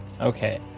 okay